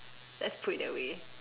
let's put it that way